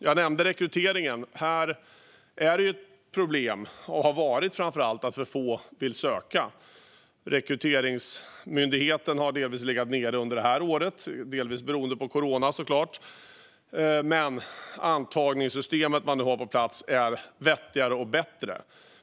Jag nämnde rekryteringen. Det är - och har framför allt varit - ett problem att för få vill söka. Rekryteringsmyndigheten har delvis legat nere under detta år, delvis beroende på corona, men det antagningssystem man nu har på plats är vettigare och bättre.